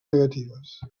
negatives